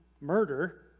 murder